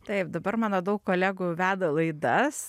taip dabar mano daug kolegų veda laidas